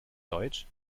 deutsch